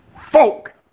Folk